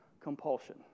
compulsion